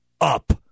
up